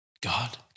God